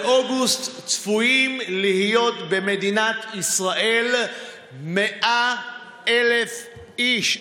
באוגוסט צפויים להיות במדינת ישראל 100,000 איש,